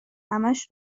همش